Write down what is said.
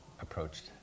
approached